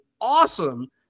awesome